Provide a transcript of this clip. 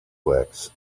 works